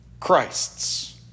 Christ's